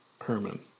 Herman